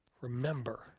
remember